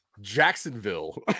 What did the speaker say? Jacksonville